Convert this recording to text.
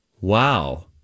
Wow